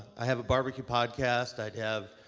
i have a barbecue podcast. i have